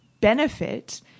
benefit